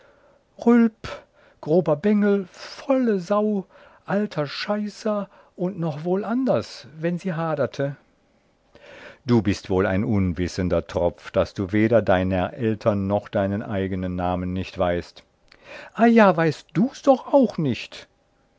grober bengel volle sau alter scheißer und noch wohl anders wann sie haderte einsied du bist wohl ein unwissender tropf daß du weder deiner eltern noch deinen eignen namen nicht weißt simpl eia weißt dus doch auch nicht